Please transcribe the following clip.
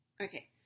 Okay